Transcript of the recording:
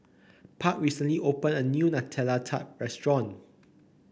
Park recently opened a new Nutella Tart restaurant